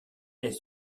elle